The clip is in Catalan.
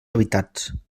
habitats